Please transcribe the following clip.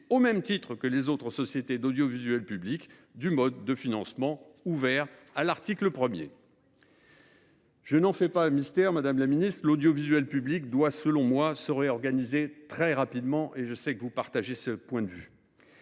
au même titre que les autres sociétés d’audiovisuel public, du mode de financement ouvert par l’article 1. Je n’en fais pas mystère, madame la ministre : l’audiovisuel public doit, selon moi, se réorganiser très rapidement, et je sais que vous partagez ce point de vue.